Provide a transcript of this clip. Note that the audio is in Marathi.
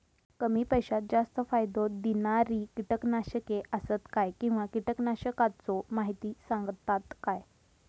कमी पैशात जास्त फायदो दिणारी किटकनाशके आसत काय किंवा कीटकनाशकाचो माहिती सांगतात काय?